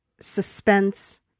suspense